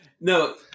No